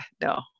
no